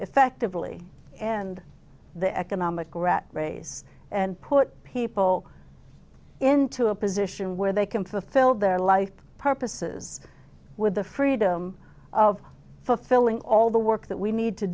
effectively end the economic rat race and put people into a position where they can to fill their life purposes with the freedom of fulfilling all the work that we need to